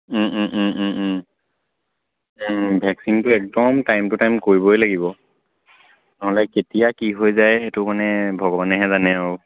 ভেকচিনটো একদম time to time কৰিবই লাগিব নহ'লে কেতিয়া কি হৈ যায় সেইটো মানে ভগৱানেহে জানে আৰু